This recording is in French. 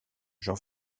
jean